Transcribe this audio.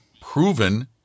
proven